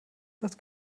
das